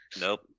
Nope